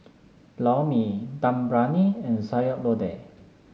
Lor Mee Dum Briyani and Sayur Lodeh